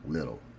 Little